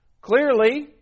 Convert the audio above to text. Clearly